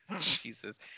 Jesus